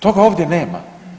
Toga ovdje nema.